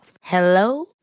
Hello